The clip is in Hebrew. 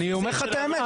זאב, נו, באמת.